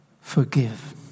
forgive